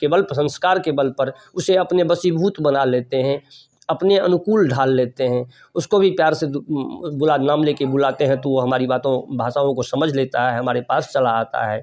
केवल प संस्कार के बल पर उसे अपने वशीभूत बना लेते हैं अपने अनुकूल ढाल लेते हैं उसको भी प्यार से बुला नाम ले के बुलाते हैं तो वह हमारी बातों भाषाओं को समझ लेता है हमारे पास चला आता है